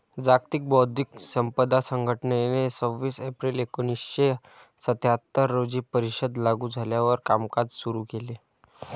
जागतिक बौद्धिक संपदा संघटनेने सव्वीस एप्रिल एकोणीसशे सत्याहत्तर रोजी परिषद लागू झाल्यावर कामकाज सुरू केले